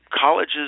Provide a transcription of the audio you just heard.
colleges